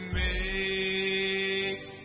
make